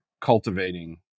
cultivating